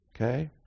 Okay